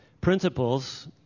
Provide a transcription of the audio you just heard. principles